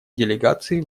делегации